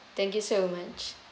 thank you so much